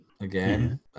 Again